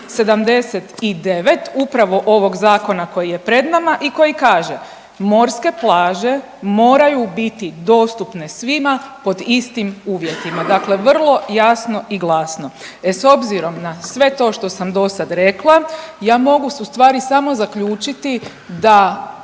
79. upravo ovog zakona koji je pred nama i koji kaže. Morske plaže moraju biti dostupne svima pod istim uvjetima. Dakle, vrlo jasno i glasno. E s obzirom na sve to što sam dosad rekla, ja mogu u stvari samo zaključiti da